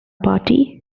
party